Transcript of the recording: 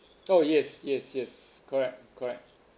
oh yes yes yes correct correct